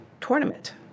tournament